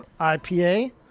IPA